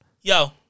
Yo